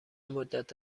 مدت